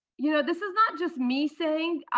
you know this is not just me saying,